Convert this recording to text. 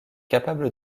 capable